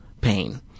pain